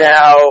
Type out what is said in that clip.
Now